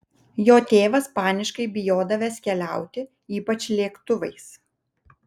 jo tėvas paniškai bijodavęs keliauti ypač lėktuvais